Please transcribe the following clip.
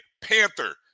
Panther